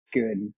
good